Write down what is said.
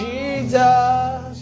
Jesus